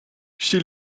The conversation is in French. chez